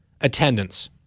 attendance